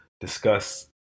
discuss